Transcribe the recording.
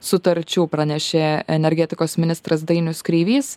sutarčių pranešė energetikos ministras dainius kreivys